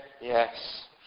yes